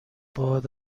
باد